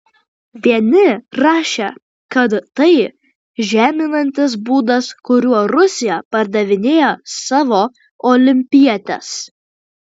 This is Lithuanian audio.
vieni rašė kad tai žeminantis būdas kuriuo rusija pardavinėja savo olimpietes